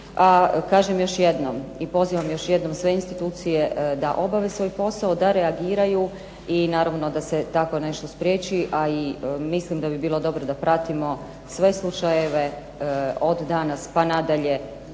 A kažem još jednom i pozivam još jednom sve institucije da obave svoj posao, da reagiraju i da se takvo nešto spriječi i mislim da bi bilo dobro da pratimo sve slučajeve od danas pa nadalje,